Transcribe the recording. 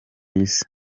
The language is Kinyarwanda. isi